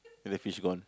and the fish gone